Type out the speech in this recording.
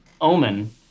Omen